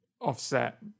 offset